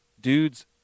dudes